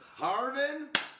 Harvin